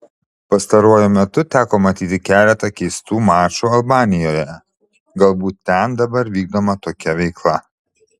pastaruoju metu teko matyti keletą keistų mačų albanijoje galbūt ten dabar vykdoma tokia veikla